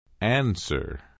Answer